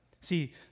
See